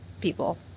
people